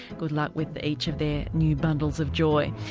good luck with each of their new bundles of joy.